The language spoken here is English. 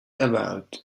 about